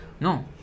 No